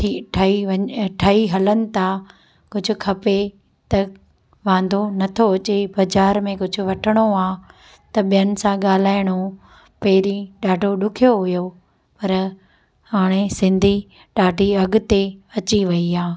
थी ठही वञु ठही हलनि था कुझु खपे त वांदो न थो हुजे बाज़ार में कुझु वठिणो आहे त ॿियनि सां ॻाल्हाइणो पहिरीं ॾाढो ॾुख्यो हुयो पर हाणे सिंधी ॾाढी अॻिते अची वयी आहे